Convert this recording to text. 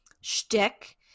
shtick